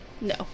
No